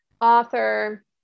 author